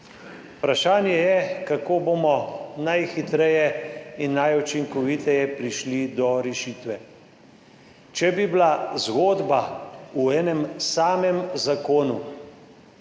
Vprašanje je, kako bomo najhitreje in najučinkoviteje prišli do rešitve. Če bi bila zgodba v enem samem zakonu